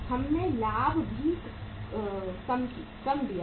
हमने लाभ भी कम दिया है